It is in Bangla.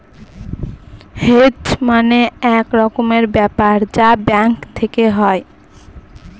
হেজ মানে এক রকমের ব্যাপার যা ব্যাঙ্ক থেকে হয়